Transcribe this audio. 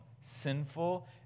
sinful